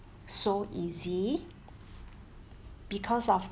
so easy because of